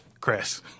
Chris